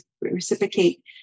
reciprocate